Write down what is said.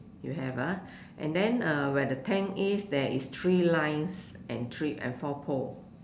you have ah and then uh where the tank is there is three lines and three and four pole